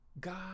God